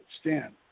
stand